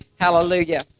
Hallelujah